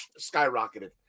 skyrocketed